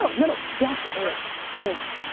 no, no, no. just and,